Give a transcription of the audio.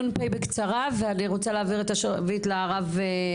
נ.פ בקצרה ואני רוצה להעביר את השרביט לרב.